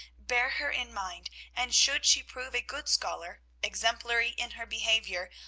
bear her in mind and should she prove a good scholar, exemplary in her behavior,